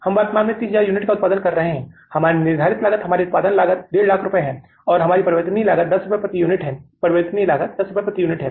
हम वर्तमान में 30000 यूनिट का उत्पादन कर रहे हैं हमारी निर्धारित लागत हमारी उत्पादन लागत 150000 है और हमारी परिवर्तनीय लागत 10 रुपये प्रति यूनिट है परिवर्तनीय लागत 10 रुपये प्रति यूनिट है